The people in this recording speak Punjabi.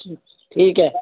ਠੀਕ ਠੀਕ ਹੈ